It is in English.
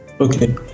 Okay